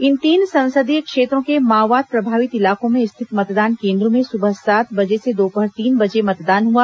इन तीन संसदीय क्षेत्रों के माओवाद प्रभावित इलाकों में स्थित मतदान केन्द्रों में सुबह सात बजे से दोपहर तीन बजे मतदान हुआ